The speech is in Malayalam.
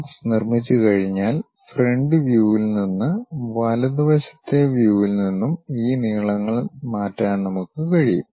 ബോക്സ് നിർമ്മിച്ചുകഴിഞ്ഞാൽ ഫ്രണ്ട് വ്യൂവിൽ നിന്നും വലതുവശത്തെ വ്യൂവിൽ നിന്നും ഈ നീളങ്ങൾ മാറ്റാൻ നമ്മൾക്ക് കഴിയും